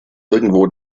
irgendwo